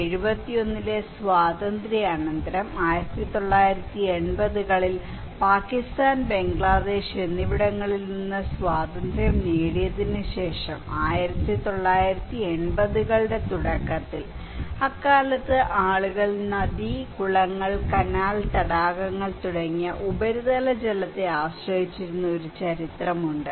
1971ലെ സ്വാതന്ത്ര്യാനന്തരം 1980 കളിൽ പാകിസ്താൻ ബംഗ്ലാദേശ് എന്നിവിടങ്ങളിൽ നിന്ന് സ്വാതന്ത്ര്യം നേടിയതിന് ശേഷം 1980 കളുടെ തുടക്കത്തിൽ അക്കാലത്ത് ആളുകൾ നദി കുളങ്ങൾ കനാൽ തടാകങ്ങൾ തുടങ്ങിയ ഉപരിതല ജലത്തെ ആശ്രയിച്ചിരുന്ന ഒരു ചരിത്രമുണ്ട്